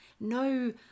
no